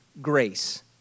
grace